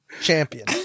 champion